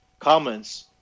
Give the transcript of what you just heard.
comments